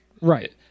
Right